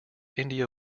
india